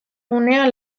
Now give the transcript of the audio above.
gunea